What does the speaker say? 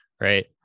right